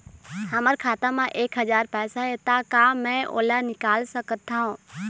हमर खाता मा एक हजार पैसा हे ता का मैं ओला निकाल सकथव?